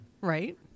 Right